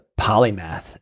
polymath